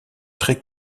traits